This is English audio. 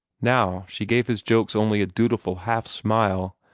now she gave his jokes only a dutiful half-smile,